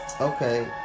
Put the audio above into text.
okay